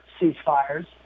ceasefires